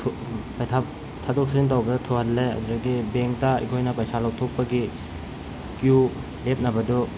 ꯊꯥꯗꯣꯛ ꯊꯥꯖꯤꯟ ꯇꯧꯕꯗ ꯊꯨꯍꯜꯂꯦ ꯑꯗꯨꯗꯒꯤ ꯕꯦꯡꯇ ꯑꯩꯈꯣꯏꯅ ꯄꯩꯁꯥ ꯂꯧꯊꯣꯛꯄꯒꯤ ꯀꯤꯌꯨ ꯂꯦꯞꯅꯕꯗꯨ